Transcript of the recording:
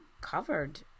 covered